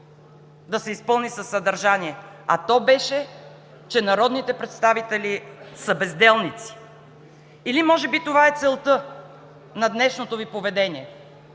да се изпълни със съдържание, а то беше, че народните представители са безделници. Или може би това е целта на днешното Ви поведение